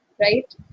right